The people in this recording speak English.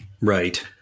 right